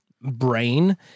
brain